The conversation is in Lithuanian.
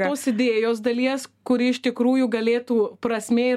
tos idėjos dalies kuri iš tikrųjų galėtų prasmė